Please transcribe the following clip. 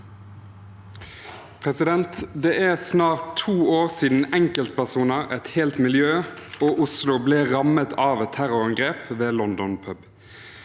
Det er snart to år siden enkeltpersoner, et helt miljø og Oslo ble rammet av et terrorangrep ved London pub.